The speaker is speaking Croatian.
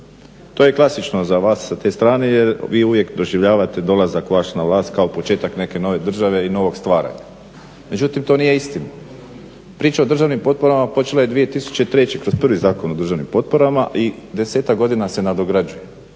To je klasično za vas s te strane jer vi uvijek doživljavate dolazak vaš na vlast kao početak neke nove države i novog stvaranja. Međutim, to nije istina. Priča o državnim potporama počela je 2003. kroz prvi Zakon o državnim potporama i desetak godina se nadograđuje,